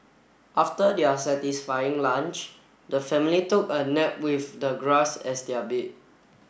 after their satisfying lunch the family took a nap with the grass as their bed